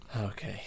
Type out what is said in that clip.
okay